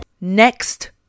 next